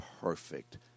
perfect